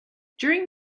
during